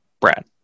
Brad